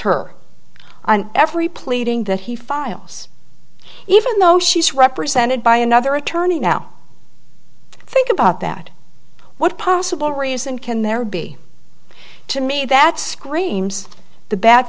her every pleading that he files even though she's represented by another attorney now think about that what possible reason can there be to me that screams the bad